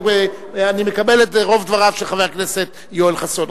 אני מקבל את רוב דבריו של חבר הכנסת יואל חסון,